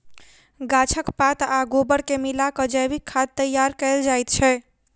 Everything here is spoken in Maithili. गाछक पात आ गोबर के मिला क जैविक खाद तैयार कयल जाइत छै